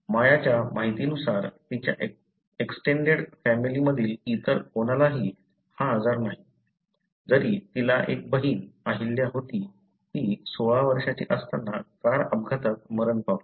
मायाच्या माहितीनुसार तिच्या एक्सटेंडेड फॅमिली मधील इतर कोणालाही हा आजार नाही जरी तिला एक बहीण अहिल्या होती ती 16 वर्षांची असताना कार अपघातात मरण पावली